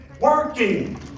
working